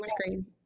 screen